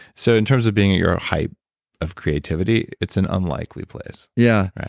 so in terms of being at your hype of creativity, it's an unlikely place yeah,